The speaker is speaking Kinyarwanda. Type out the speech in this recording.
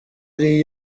ari